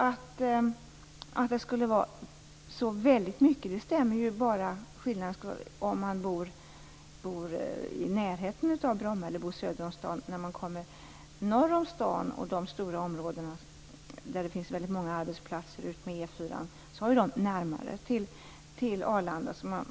Att det skulle handla om så väldigt stora restidsskillnader stämmer ju bara om man bor i närheten av Bromma eller söder om staden. Om man bor norr om staden, där det finns väldigt många arbetsplatser utmed E 4-an, är det närmare till Arlanda.